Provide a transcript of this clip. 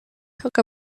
took